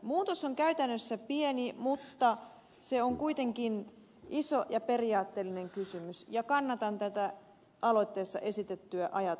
muutos on käytännössä pieni mutta se on kuitenkin iso ja periaatteellinen kysymys ja kannatan tätä aloitteessa esitettyä ajatusta